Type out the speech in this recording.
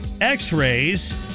x-rays